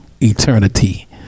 eternity